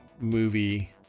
movie